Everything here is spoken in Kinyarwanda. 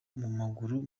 maguru